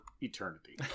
eternity